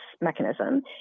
mechanism